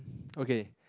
okay